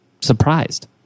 Surprised